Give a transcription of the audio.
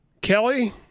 Kelly